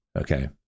Okay